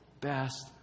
best